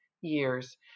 years